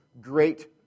great